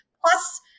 Plus